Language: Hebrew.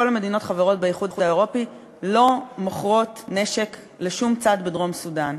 וכל המדינות החברות באיחוד האירופי לא מוכרות נשק לשום צד בדרום-סודאן,